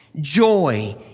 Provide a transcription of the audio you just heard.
joy